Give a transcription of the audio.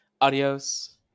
Adios